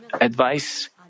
advice